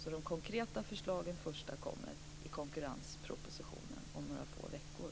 De första konkreta förslagen kommer alltså i konkurrenspropositionen om några få veckor.